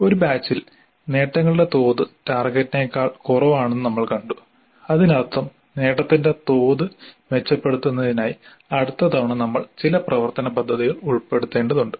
ഒരു ബാച്ചിൽ നേട്ടങ്ങളുടെ തോത് ടാർഗെറ്റിനേക്കാൾ കുറവാണെന്ന് നമ്മൾ കണ്ടു അതിനർത്ഥം നേട്ടത്തിന്റെ തോത് മെച്ചപ്പെടുത്തുന്നതിനായി അടുത്ത തവണ നമ്മൾ ചില പ്രവർത്തന പദ്ധതികൾ ഉൾപ്പെടുത്തേണ്ടതുണ്ട്